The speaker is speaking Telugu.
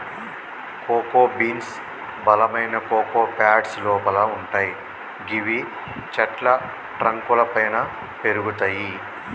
కోకో బీన్స్ బలమైన కోకో ప్యాడ్స్ లోపల వుంటయ్ గివి చెట్ల ట్రంక్ లపైన పెరుగుతయి